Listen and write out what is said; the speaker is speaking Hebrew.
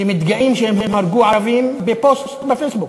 שמתגאים שהם הרגו ערבים בפוסט בפייסבוק,